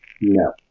No